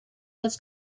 was